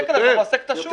השקל הזה מרסק את השוק.